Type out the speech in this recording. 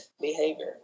behavior